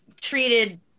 treated